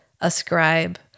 ascribe-